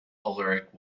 ullrich